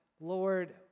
Lord